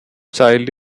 child